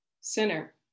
sinner